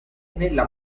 nella